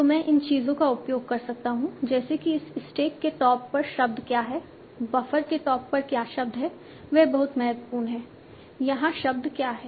तो मैं इन चीजों का उपयोग कर सकता हूं जैसे कि इस स्टैक के टॉप पर शब्द क्या है बफर के टॉप पर क्या शब्द है वे बहुत महत्वपूर्ण हैं यहां शब्द क्या है